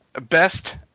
best